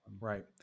right